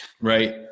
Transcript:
Right